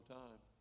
time